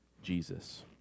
Jesus